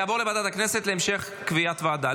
לוועדת הכנסת להמשך קביעת ועדה.